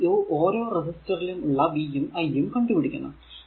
നമുക്ക് ഈ ഓരോ റെസിസ്റ്ററിലും ഉള്ള v യും i യും കണ്ടുപിടിക്കണം